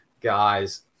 guys